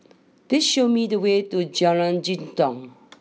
please show me the way to Jalan Jitong